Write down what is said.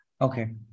Okay